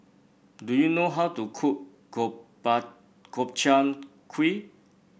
do you know how to cook Gobchang Gui